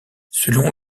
selon